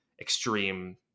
extreme